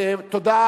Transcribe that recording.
אין,